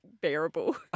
bearable